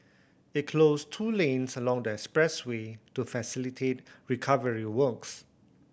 it closed two lanes along the expressway to facilitate recovery works